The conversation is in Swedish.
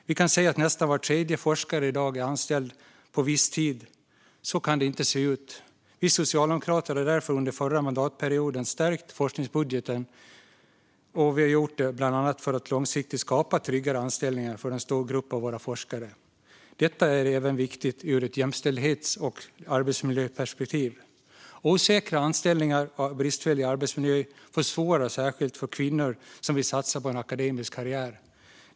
Vi kan se att nästan var tredje forskare i dag är anställd på viss tid. Så kan det inte se ut. Vi socialdemokrater stärkte därför under förra mandatperioden forskningsbudgeten, och vi gjorde det bland annat för att långsiktigt skapa tryggare anställningar för en stor grupp av våra forskare. Detta är även viktigt ur ett jämställdhets och arbetsmiljöperspektiv. Osäkra anställningar och bristfällig arbetsmiljö försvårar särskilt för kvinnor som vill satsa på en akademisk karriär.